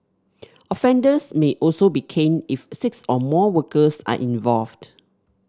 offenders may also be caned if six or more workers are involved